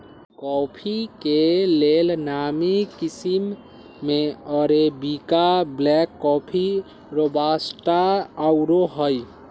coffee के लेल नामी किशिम में अरेबिका, ब्लैक कॉफ़ी, रोबस्टा आउरो हइ